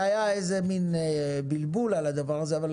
כי היה איזשהו בלבול עם הדבר הזה.